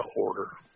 order